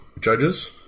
judges